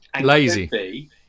Lazy